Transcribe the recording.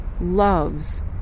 loves